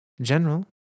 General